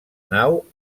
nau